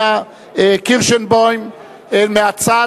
נכנסו ידיעות מודיעיניות ששנינו יודעים מהן.